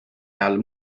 ajal